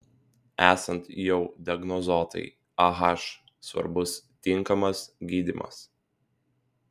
esant jau diagnozuotai ah svarbus tinkamas gydymas